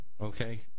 okay